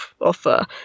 offer